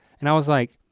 and i was like,